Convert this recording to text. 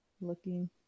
looking